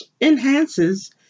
enhances